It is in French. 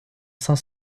cinq